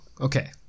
okay